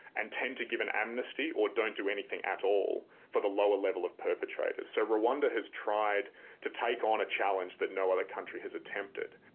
and tend to give an amnesty or don't do anything at all for the lower level of perpetrators. so rwanda has tried to take on a challenge that no other country has attempted.